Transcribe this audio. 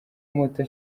muto